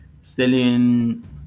selling